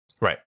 Right